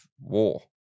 war